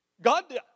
God